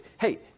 Hey